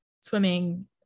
swimming